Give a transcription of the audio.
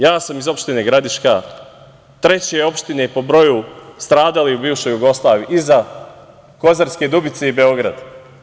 Ja sam iz opštine Gradiška, treće opštine po broju stradalih u bivšoj Jugoslaviji, iza Kozarske Dubice i Beograda.